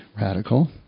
radical